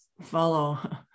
follow